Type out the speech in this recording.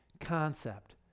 concept